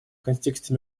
контексте